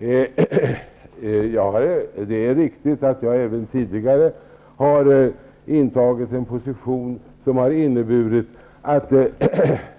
Herr talman! Det är riktigt att jag även tidigare har intagit en position som har inneburit att